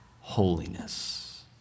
holiness